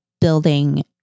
building